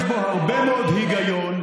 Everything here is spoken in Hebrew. יש בו הרבה מאוד היגיון,